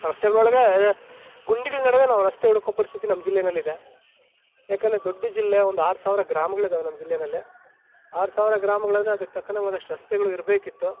ರಸ್ತೆಗಳಿಗೆ ಗುಂಡಿಗಳ ನಡುವೆ ನಾವು ರಸ್ತೆ ಹುಡುಕೋ ಪರಿಸ್ಥಿತಿ ನಮ್ಮ ಜಿಲ್ಲೆಯಲ್ಲಿದೆ ಯಾಕೆಂದ್ರೆ ದೊಡ್ಡ ಜಿಲ್ಲೆ ಒಂದು ಆರು ಸಾವಿರ ಗ್ರಾಮಗಳಿದ್ದಾವೆ ನಮ್ಮ ಜಿಲ್ಲೆಯಲ್ಲಿ ಆರು ಸಾವಿರ ಗ್ರಾಮಗಳೆಂದರೆ ಅದಕ್ಕೆ ತಕ್ಕನಾಗೆ ಒಂದಷ್ಟು ರಸ್ತೆಗಳು ಇರಬೇಕಿತ್ತು